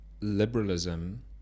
liberalism